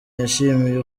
yishimiye